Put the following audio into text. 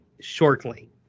shortly